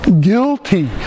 guilty